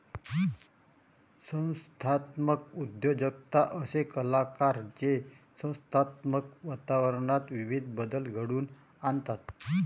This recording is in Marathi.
संस्थात्मक उद्योजकता असे कलाकार जे संस्थात्मक वातावरणात विविध बदल घडवून आणतात